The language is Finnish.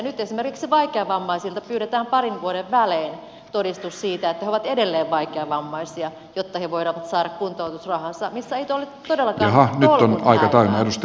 nyt esimerkiksi vaikeavammaisilta pyydetään parin vuoden välein todistus siitä että he ovat edelleen vaikeavammaisia jotta he voivat saada kuntoutusrahansa missä ei ole todellakaan tolkun häivää